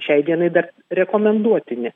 šiai dienai dar rekomenduotini